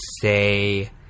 say